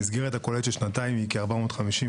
המסגרת הכוללת של שנתיים היא כ-450,